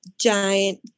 giant